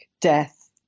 death